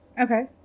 Okay